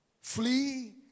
Flee